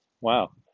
Wow